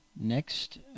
Next